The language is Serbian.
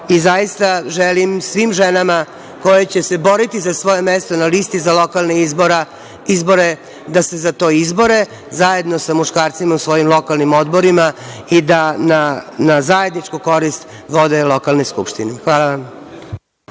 Zaista želim svim ženama koje će se boriti za svoje mesto na listi za lokalne izbore, da se za to izbore zajedno sa muškarcima u svojim lokalnim odborima i da na zajedničku korist vode lokalne skupštine. Hvala vam.